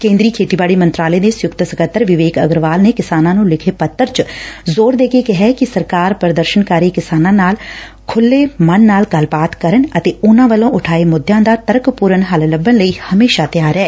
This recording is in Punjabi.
ਕੇਂਦਰੀ ਖੇਤੀਬਾੜੀ ਮੰਤਰਾਲੇ ਦੇ ਸੰਯੁਕਤ ਸਕੱਤਰ ਵਿਵੇਕ ਅਗਰਵਾਲ ਨੇ ਕਿਸਾਨਾਂ ਨੂੰ ਲਿਖੇ ਪੱਤਰ ਚ ਜ਼ੋਰ ਦੇ ਕੇ ਕਿਹੈ ਕਿ ਸਰਕਾਰ ਪ੍ਦਰਸ਼ਨਕਾਰੀ ਕਿਸਾਨਾਂ ਨਾਲ ਖੁੱਲ੍ਹੇ ਮਨ ਨਾਲ ਗੱਲਬਾਤ ਕਰਨ ਅਤੇ ਉਨੂਾਂ ਵੱਲੋਂ ਉਠਾਏ ਮੁੱਦਿਆਂ ਦਾ ਤਰਕਪੁਰਨ ਹੱਲ ਲੱਭਣ ਲਈ ਹਮੇਸ਼ਾ ਤਿਆਰ ਐ